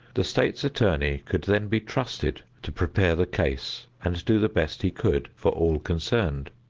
the state's attorney could then be trusted to prepare the case and do the best he could for all concerned.